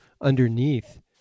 underneath